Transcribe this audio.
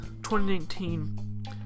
2019